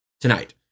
tonight